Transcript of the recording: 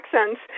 accents